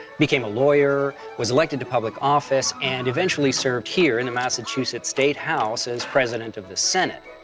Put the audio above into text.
became a lawyer, was elected to public office, and eventually served here in the massachusetts state house as president of the senate.